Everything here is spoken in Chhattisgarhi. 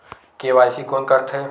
के.वाई.सी कोन करथे?